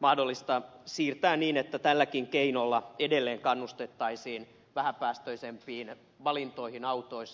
mahdollista siirtää niin että tälläkin keinolla edelleen kannustettaisiin vähäpäästöisempiin valintoihin autoissa